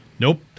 Nope